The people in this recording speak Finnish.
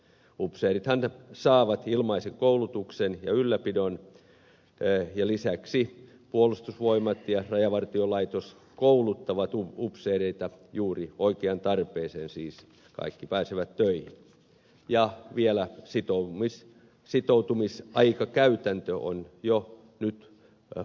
upseerithan saavat ilmaisen koulutuksen ja ylläpidon ja lisäksi puolustusvoimat ja rajavartiolaitos kouluttavat upseereita juuri oikeaan tarpeeseen eli siis kaikki pääsevät töihin ja vielä sitoutumisaikakäytäntö on jo nyt voimassa